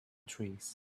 trees